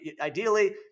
Ideally